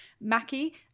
Mackie